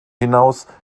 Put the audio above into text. hinaus